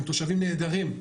הם תושבים נהדרים.